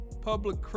public